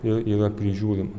ir yra prižiūrima